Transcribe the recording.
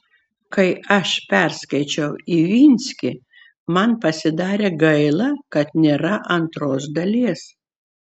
kai aš perskaičiau ivinskį man pasidarė gaila kad nėra antros dalies